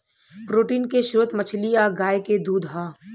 protein के स्त्रोत मछली आ गाय के दूध ह